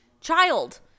child